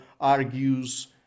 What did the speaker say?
argues